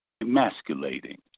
emasculating